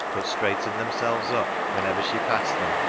but straightened themselves up whenever she passed them,